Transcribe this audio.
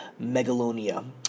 Megalonia